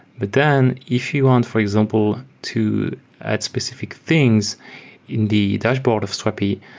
but then if you want, for example, to add specific things in the dashboard of strapi,